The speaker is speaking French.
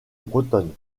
bretonne